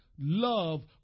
Love